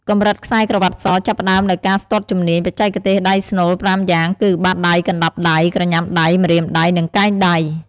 កម្រិតខ្សែក្រវ៉ាត់ស ចាប់ផ្តើមដោយការស្ទាត់ជំនាញ បច្ចេកទេសដៃស្នូលប្រាំយ៉ាងគឹ បាតដៃ កណ្តាប់ដៃ ក្រញាំដៃ ម្រាមដៃ និងកែងដៃ។